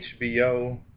HBO